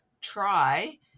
try